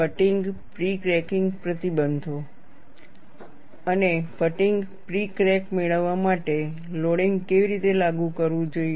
fatigue pre cracking પ્રતિબંધો અને fatigue pre crack મેળવવા માટે લોડિંગ કેવી રીતે લાગુ કરવું જોઈએ